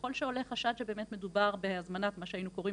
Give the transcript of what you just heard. שככל שעולה חשד שבאמת מדובר בהזמנה של מה שהיינו קוראים